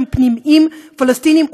שהם פנימיים פלסטיניים,